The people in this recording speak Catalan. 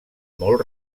molt